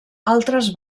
altres